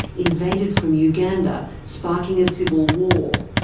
invaded from uganda, sparking a civil war.